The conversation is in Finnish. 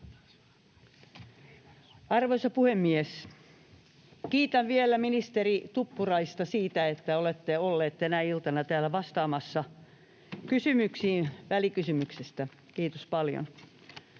Arvoisa puhemies! Kiitän vielä ministeri Tuppuraista siitä, että olette ollut tänä iltana täällä vastaamassa kysymyksiin välikysymyksestä — kiitos paljon.